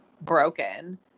broken